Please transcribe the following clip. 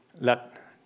let